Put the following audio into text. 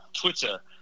Twitter